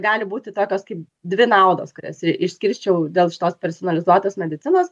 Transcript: gali būti tokios kaip dvi naudos kurias išskirčiau dėl šitos personalizuotos medicinos